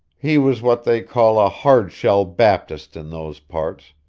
he was what they call a hard-shell baptist in those parts,